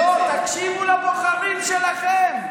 לא, תקשיבו לבוחרים שלכם.